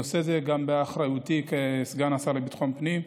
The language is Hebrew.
נושא זה הוא גם באחריותי כסגן השר לביטחון פנים,